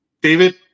David